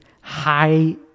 high